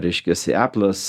reiškiasi aplas